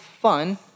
fun